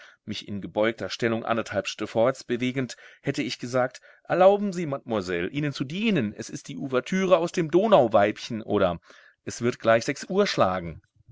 mich in gebeugter stellung anderthalb schritte vorwärtsbewegend hätte ich gesagt erlauben sie mademoiselle ihnen zu dienen es ist die ouvertüre aus dem donauweibchen oder es wird gleich sechs uhr schlagen